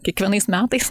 kiekvienais metais